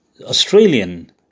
Australian